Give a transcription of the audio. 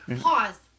Pause